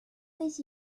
with